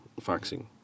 faxing